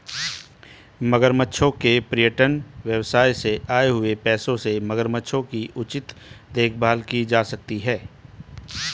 मगरमच्छों के पर्यटन व्यवसाय से आए हुए पैसों से मगरमच्छों की उचित देखभाल की जा सकती है